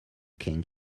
king